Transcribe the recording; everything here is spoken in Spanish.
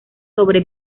sobre